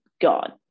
God